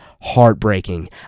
heartbreaking